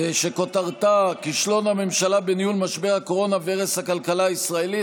שכותרתה: כישלון הממשלה בניהול משבר הקורונה והרס הכלכלה הישראלית,